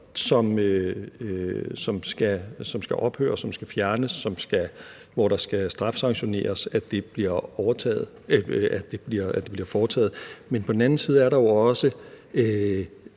som skal ophøre, som skal fjernes, hvor der skal sanktioneres, i forhold til at det bliver foretaget; på den anden side er der jo også